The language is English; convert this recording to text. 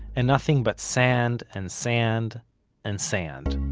and nothing but sand and sand and sand.